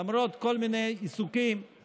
למרות כל מיני עיסוקים,